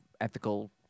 ethical